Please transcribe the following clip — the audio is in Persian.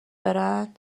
دارن